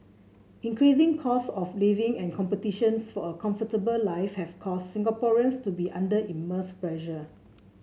increasing costs of living and competitions for a comfortable life have caused Singaporeans to be under immense pressure